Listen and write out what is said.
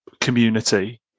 community